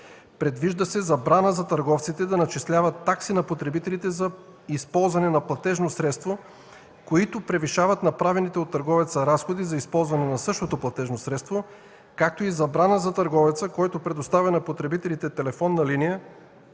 Предвижда се забрана за търговците да начисляват такси на потребителите за използване на платежно средство, които превишават направените от търговеца разходи за използване на същото платежно средство, както и забрана за търговеца, който предоставя на потребителите телефонна линия